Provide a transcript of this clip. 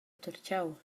tertgau